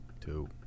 two